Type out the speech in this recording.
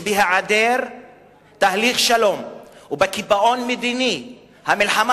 שבהיעדר תהליך שלום ובקיפאון מדיני המלחמה